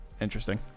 Interesting